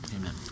Amen